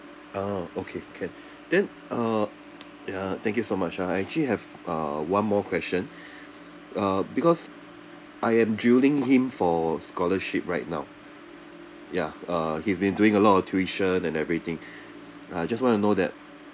oh okay can then uh ya thank you so much ah I actually have ah one more question uh because I am drilling him for a scholarship right now ya uh he's been doing a lot of tuition and everything I just wanna know that